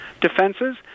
defenses